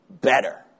better